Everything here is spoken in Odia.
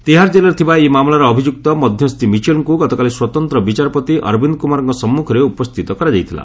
ତିହାର ଜେଲ୍ରେ ଥିବା ଏହି ମାମଲାର ଅଭିଯୁକ୍ତ ମଧ୍ୟସ୍ଥି ମିଚେଲ୍ଙ୍କୁ ଗତକାଲି ସ୍ୱତନ୍ତ୍ର ବିଚାରପତି ଅରବିନ୍ଦ୍ କ୍ରମାରଙ୍କ ସମ୍ମୁଖରେ ଉପସ୍ଥିତ କରାଯାଇଥିଲା